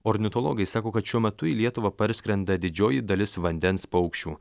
ornitologai sako kad šiuo metu į lietuvą parskrenda didžioji dalis vandens paukščių